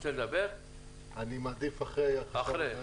אני מעדיף אחר כך.